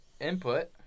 Input